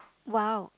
!wow!